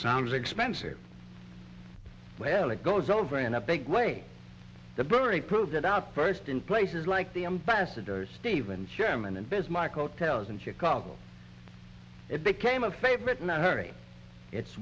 sounds expensive well it goes over in a big way the brewery proves it out first in places like the ambassador stevens sherman and bismarck hotels in chicago it became a favorite not hurry it's